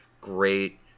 great